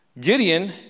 Gideon